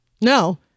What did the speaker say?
No